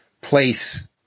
place